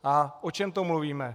A o čem to mluvíme?